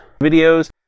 videos